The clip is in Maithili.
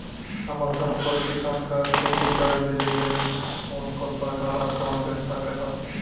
हमर सन छोट किसान कअ खेती करै लेली लेल कून कून प्रकारक लोन भेट सकैत अछि?